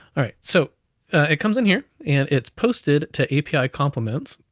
alright, so it comes in here, and it's posted to api compliments,